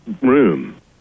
room